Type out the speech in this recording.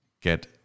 get